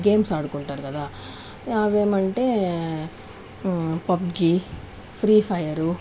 games ఆడుకుంటారు కదా అవేమంటే పబ్జి ఫ్రీ ఫయారు